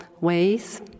ways